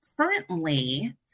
Currently